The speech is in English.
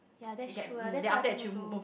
ya that's true ah that's what I think also